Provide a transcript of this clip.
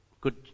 good